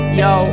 yo